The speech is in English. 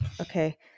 Okay